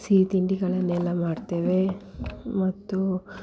ಸಿಹಿ ತಿಂಡಿಗಳನ್ನೆಲ್ಲ ಮಾಡ್ತೇವೆ ಮತ್ತು